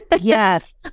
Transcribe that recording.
Yes